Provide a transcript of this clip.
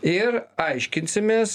ir aiškinsimės